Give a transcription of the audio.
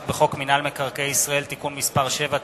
בחוק מינהל מקרקעי ישראל (תיקון מס' 7),